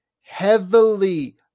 heavily